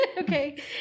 Okay